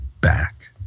back